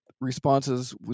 responses